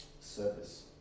Service